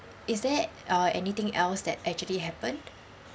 is there uh anything else that actually happened